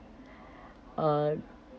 uh